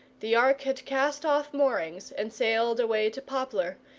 the ark had cast off moorings and sailed away to poplar,